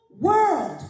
world